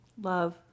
Love